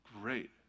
Great